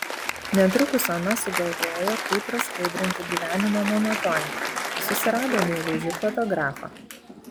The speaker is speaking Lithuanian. netrukus ona sugalvojo kaip praskaidrinti gyvenimo monotoniją susirado meilužį fotografą